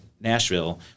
Nashville